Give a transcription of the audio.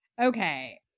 okay